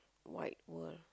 wide world